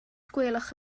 gwelwch